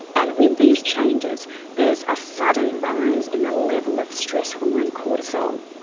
and with these changes there's a sudden rise in the level of stress hormone cortisol.